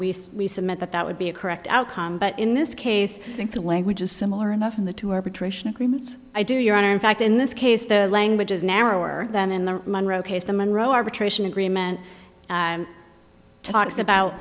and we submit that that would be a correct outcome but in this case i think the language is similar enough in the two arbitration agreements i do your honor in fact in this case the language is narrower than in the monroe case the monroe arbitration agreement talks about